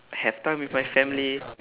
have time with my family